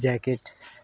jacket